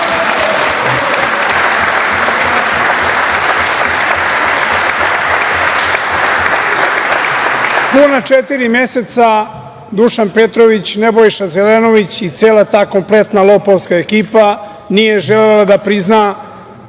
četiri meseca Dušan Petrović, Nebojša Zelenović i cela ta konkretna ta lopovska ekipa nije želela da prizna